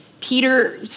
peter